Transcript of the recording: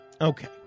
Okay